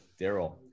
Daryl